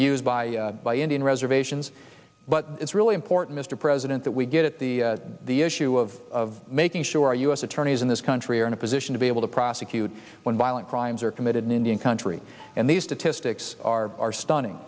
be used by by indian reservations but it's really important mr president that we get at the the issue of making sure u s attorneys in this country are in a position to be able to prosecute when violent crimes are committed in indian country and the statistics are stunning